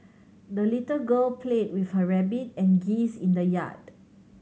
the little girl played with her rabbit and geese in the yard